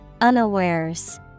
Unawares